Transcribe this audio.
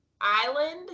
island